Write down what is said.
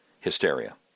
hysteria